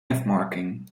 marking